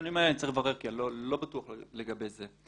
הנתונים האלה אני צריך לברר כי אני לא בטוח לגבי זה.